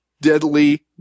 deadly